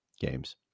games